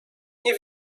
nie